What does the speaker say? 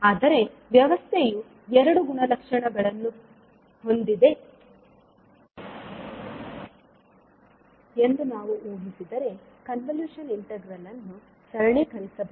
ಆದರೆ ವ್ಯವಸ್ಥೆಯು ಎರಡು ಗುಣಲಕ್ಷಣಗಳನ್ನು ಹೊಂದಿದೆ ಎಂದು ನಾವು ಊಹಿಸಿದರೆ ಕನ್ವಲ್ಯೂಷನ್ ಇಂಟಿಗ್ರಲ್ ಅನ್ನು ಸರಳೀಕರಿಸಬಹುದು